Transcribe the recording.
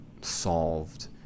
solved